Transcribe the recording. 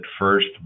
First